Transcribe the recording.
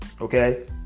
Okay